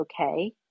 okay